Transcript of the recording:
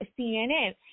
CNN